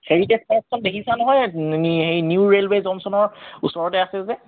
heritage পাৰ্কখন দেখিছে নহয় হেৰি নিউ ৰেইলৱে' জংচনৰ ওচৰতে আছে যে